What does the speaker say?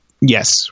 Yes